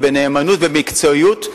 בנאמנות ובמקצועיות,